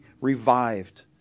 revived